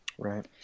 Right